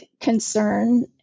concern